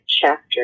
chapter